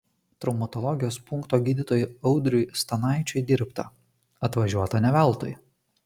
traumatologijos punkto gydytojui audriui stanaičiui dirbta atvažiuota ne veltui